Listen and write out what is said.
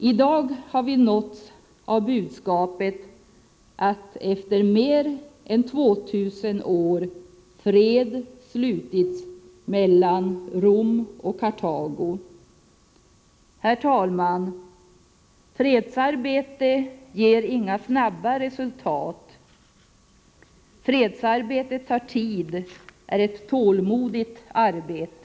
I dag har vi nåtts av budskapet att det efter mer än 2 000 år har slutits fred mellan Rom och Kartago. Herr talman! Fredsarbete ger inga snabba resultat. Fredsarbete tar tid, är ett tålmodigt arbete.